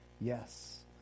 Yes